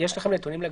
יש לכם נתונים?